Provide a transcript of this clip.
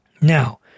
Now